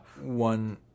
one